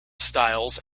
styles